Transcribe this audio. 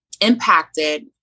impacted